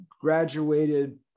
graduated